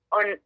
on